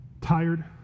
tired